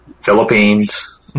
Philippines